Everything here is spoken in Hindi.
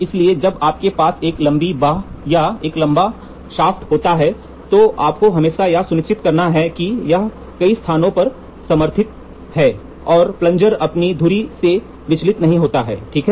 इसलिए जब आपके पास एक लंबी बांह या एक लंबा शाफ्ट होता है तो आपको हमेशा यह सुनिश्चित करना चाहिए कि यह कई स्थानों पर समर्थित है और प्लनजर अपनी धुरी से विचलित नहीं होता है ठीक है